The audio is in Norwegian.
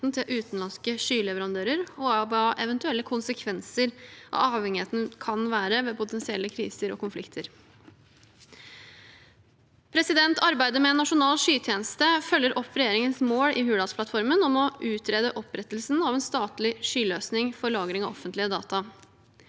hva eventuelle konsekvenser av avhengigheten kan være ved potensielle kriser og konflikter. Arbeidet med en nasjonal skytjeneste følger opp regjeringens mål i Hurdalsplattformen om å «utrede opprettelsen av en statlig skyløsning for lagring av offentlige data».